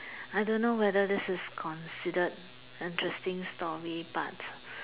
I don't know whether this is considered interesting story but